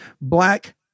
black